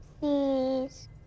Please